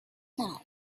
sad